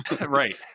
Right